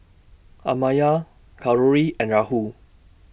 Amartya Kalluri and Rahul